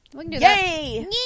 Yay